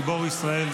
גיבור ישראל,